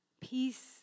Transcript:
Peace